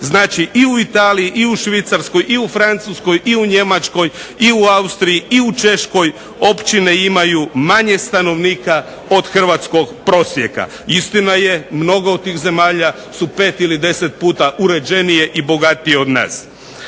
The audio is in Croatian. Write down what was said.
Znači, i u Italiji i u Švicarskoj i u Francuskoj i u Njemačkoj i u Austriji i u Češkoj općine imaju manje stanovnika od hrvatskog prosjeka. Istina je, mnoge od tih zemalja su pet ili deset puta uređenije i bogatije od nas.